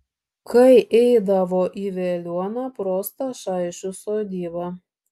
kai eidavo į veliuoną pro stašaičių sodybą